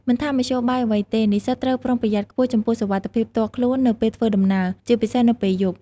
មិនថាមធ្យោបាយអ្វីទេ និស្សិតត្រូវប្រុងប្រយ័ត្នខ្ពស់ចំពោះសុវត្ថិភាពផ្ទាល់ខ្លួននៅពេលធ្វើដំណើរ ជាពិសេសនៅពេលយប់។